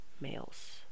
males